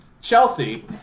Chelsea